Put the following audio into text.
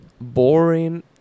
Boring